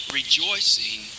rejoicing